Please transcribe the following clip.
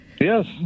yes